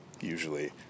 usually